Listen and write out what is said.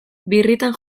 birritan